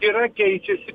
yra keičiasi